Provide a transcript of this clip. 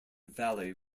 valley